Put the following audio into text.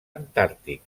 antàrtic